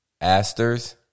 asters